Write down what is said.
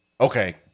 okay